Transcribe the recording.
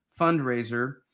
fundraiser